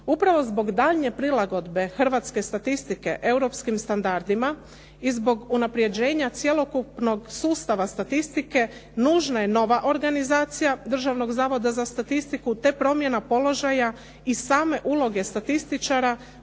Upravo zbog daljnje prilagodbe hrvatske statistike europskim standardima i zbog unapređenje cjelokupnog sustava statistike, nužna je nova organizacija Državnog zavoda za statistiku te promjena položaja i same uloge statističara